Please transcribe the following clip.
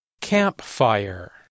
Campfire